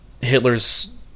Hitler's